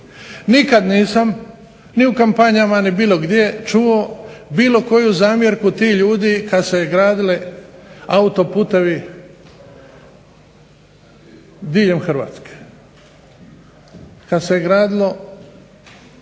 nikada nisam ni u kampanjama ni bilo gdje čuo bilo koju zamjerku tih ljudi kada su se gradili autoputovi diljem Hrvatske. Kada se gradilo